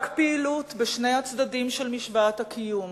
רק פעילות בשני הצדדים של משוואת הקיום,